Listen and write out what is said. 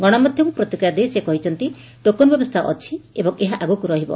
ଗଣମାଧ୍ଧମକୁ ପ୍ରତିକ୍ରିୟା ଦେଇ ସେ କହିଛନ୍ତି ଟୋକନ ବ୍ୟବସ୍ତା ଅଛି ଏବଂ ଏହା ଆଗକ୍ ରହିବ